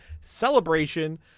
Celebration